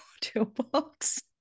toolbox